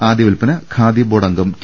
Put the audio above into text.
ആദ്യവിൽപ്പന Khadi board അംഗം T